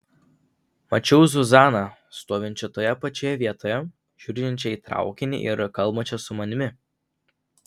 mačiau zuzaną stovinčią toje pačioje vietoje žiūrinčią į traukinį ir kalbančią su manimi